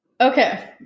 Okay